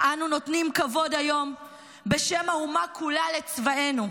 "אנו נותנים כבוד היום בשם האומה כולה לצבאנו.